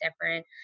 different